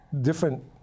different